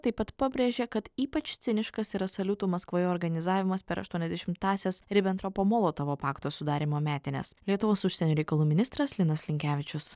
taip pat pabrėžė kad ypač ciniškas yra saliutų maskvoje organizavimas per aštuoniasdešimtąsias ribentropo molotovo pakto sudarymo metines lietuvos užsienio reikalų ministras linas linkevičius